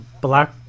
Black